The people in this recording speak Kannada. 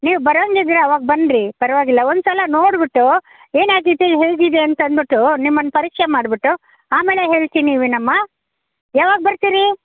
ನೀವು ಬರೋ ಹಂಗೆ ಇದ್ದೀರ ಅವಾಗ ಬನ್ನಿರಿ ಪರ್ವಾಗಿಲ್ಲ ಒಂದು ಸಲ ನೋಡಿಬಿಟ್ಟು ಏನು ಆಗಿದೆ ಹೇಗಿದೆ ಅಂತ ಅಂದ್ಬಿಟ್ಟು ನಿಮ್ಮನ್ನ ಪರೀಕ್ಷೆ ಮಾಡಿಬಿಟ್ಟು ಆಮೇಲೆ ಹೇಳ್ತೀನಿ ವೀಣಮ್ಮ ಯಾವಾಗ ಬರ್ತೀರಿ